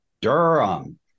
Durham